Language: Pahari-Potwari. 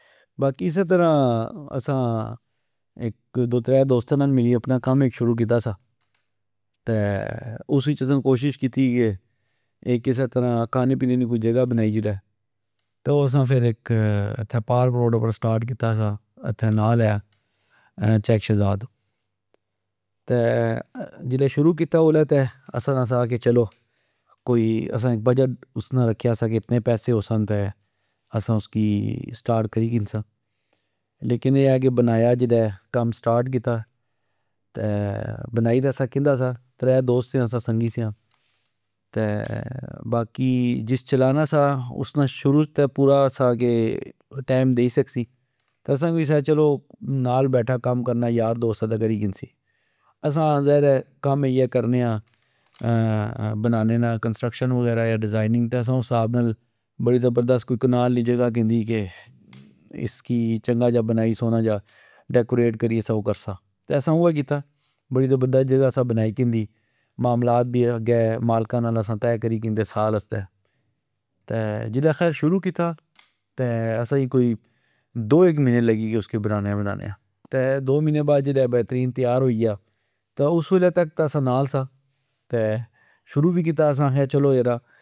باقی اسہ ترہ اسا ،اک دو ترہ دوستا نال ملی اپنا کم اک شروع کیتا سا تہ ،اس وچ اسا کوشش کیتی کہ کسہ طرع کھانے پینے نی کوئی جگہ بنائی جلہ تہ او اسا فر پار راڈاپر سٹارٹ کیتا سا اتھہ نال یا چک شہزاد ۔تہ جلہ شروع کیتا الہ اسا نا سا کہ چلو کوئی اسا نا بجٹ رکھیا سا کہ اتنے پیسے ہوسن تہ اسا اسکی سٹارٹ کری کنسا لیکن اے آ کہ بنایا جس الہ کم سٹارٹ کیتا تہ بنائی تہ اسا کندا سا ترہ دوست سیا اسا سنگی سیا تہ باقی جس چلانا سا ۔اسنا شروعچ سا کہ ٹئم دئی سکسی تہ اسا کی سا کہ نال بیٹھا کم کرنا یار دوست آتہ کری کنسی ۔اسا ذائر اہہ کم اییہ کرنے آ بنانے نا کنسٹرکشن وغیرہ ڈیزائننگ تہ اسا اس حساب نال بڑی زبردست کنال نی جگہ کندی کہ اسکی چنگا جا بنائی سونا جا ڈیکوریت کری اسا کرسا ،تہ اسا اوئے کیتا بڑی زبردست جگہ اسا بنائی کندی ماملات وی اسا اگہ تہ کری کندے سال آستہ ،تہ جسہ خیر شروع کیتا اسا کی کوئی دو اک مہینے لئی گئے اسی بنانیو ۔دو مہینے بعد جل کوئی بیترین تیارہوئی گیا ،تہ اس ویلہ تک تہ اسا نال سا شروع وی کیتا اسا آکھیاچلو یرا